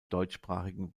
deutschsprachigen